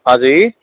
हा जी